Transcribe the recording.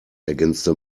ergänzte